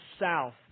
south